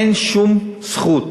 אין שום זכות